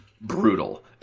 brutal